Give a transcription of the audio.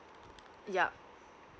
yup